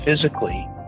physically